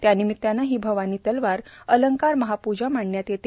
त्यानिमिताने ही अवानी तलवार अलंकार महापूजा मांडण्यात येते